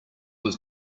was